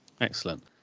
Excellent